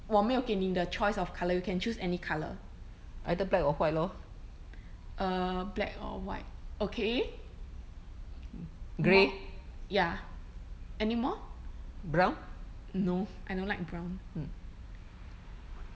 我没有给你 the choice of colour you can choose any colour err black or white okay ya anymore no I don't like brown